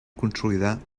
consolidar